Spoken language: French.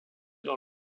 dans